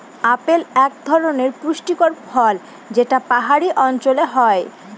apple এক ধরনের পুষ্টিকর ফল যেটা পাহাড়ি অঞ্চলে হয়